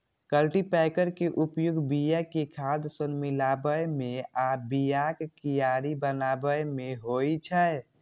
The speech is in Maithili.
कल्टीपैकर के उपयोग बिया कें खाद सं मिलाबै मे आ बियाक कियारी बनाबै मे होइ छै